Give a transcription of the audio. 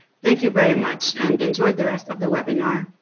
thank you very much and enjoy the rest of the webinar.